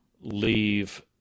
leave